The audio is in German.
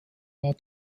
war